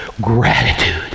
Gratitude